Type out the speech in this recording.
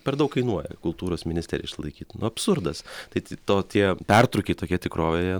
per daug kainuoja kultūros ministeriją išlaikyt nu absurdas tai t to tie pertrūkiai tokie tikrovėje